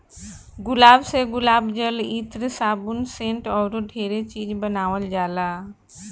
गुलाब से गुलाब जल, इत्र, साबुन, सेंट अऊरो ढेरे चीज बानावल जाला